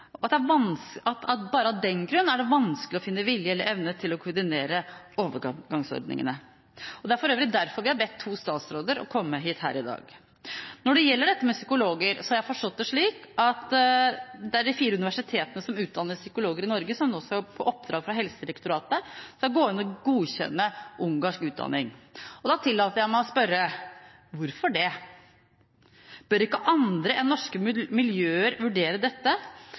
Bare av den grunn er det vanskelig å finne vilje eller evne til å koordinere overgangsordningene. Det er for øvrig derfor vi har bedt to statsråder komme hit i dag. Når det gjelder dette med psykologer, har jeg forstått det slik at det er de fire universitetene som utdanner psykologer i Norge, som nå på oppdrag fra Helsedirektoratet skal gå inn og godkjenne ungarsk utdanning. Da tillater jeg meg å spørre: Hvorfor det? Bør ikke andre enn norske miljøer vurdere dette,